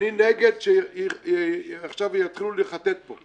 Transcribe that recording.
אני נגד שיתחילו עכשיו לחטט פה.